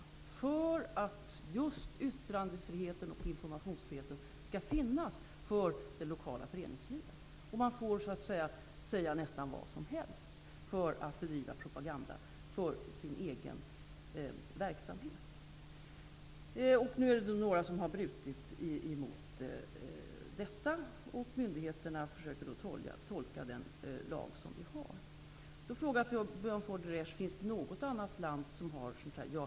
Detta sker just för att yttrandefriheten och informationsfriheten skall finnas för det lokala föreningslivet. Man får säga nästan vad som helst för att bedriva propaganda för sin egen verksamhet. Nu är det några stationer som har brutit mot bestämmelserna, och myndigheterna försöker då tolka den lag som finns. Björn von der Esch frågar: Finns det något annat land som har sådana bestämmelser?